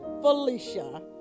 Felicia